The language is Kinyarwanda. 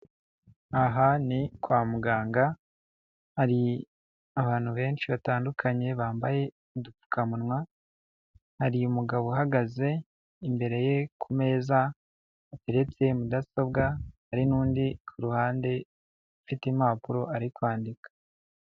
Aha ni kwa muganga hari abantu benshi batandukanye, bambaye udupfukamuwa, hari umugabo uhagaze imbere ye ku meza hateretse mudasobwa hari n'undi ku ruhande ufite impapuro ari kwandika.